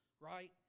right